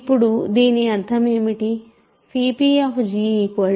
ఇప్పుడు దీని అర్థం ఏమిటి